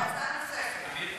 אומר לך מה.